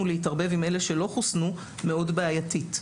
להתערבב עם אלה שלא חוסנו מאוד בעייתית.